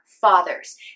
fathers